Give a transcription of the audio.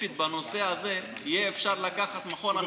ספציפית בנושא הזה יהיה אפשר לקחת מכון אחר.